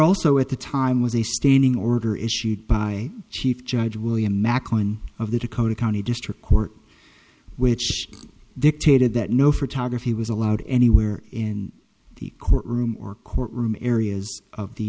also at the time was a standing order issued by chief judge william macklin of the dakota county district court which dictated that no photography was allowed anywhere in the courtroom or courtroom areas of the